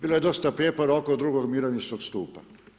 Bilo je dosta prijepora oko drugog mirovinskog stupa.